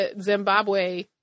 Zimbabwe